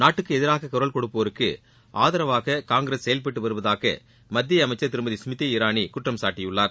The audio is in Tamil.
நாட்டுக்கு எதிராக குரல் கொடுப்போருக்கு ஆதரவாக காங்கிரஸ் செயல்பட்டு வருவதாக மத்திய அமைச்சர் திருமதி ஸ்மிருதி இராணி குற்றம் சாட்டியுள்ளார்